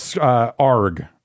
Arg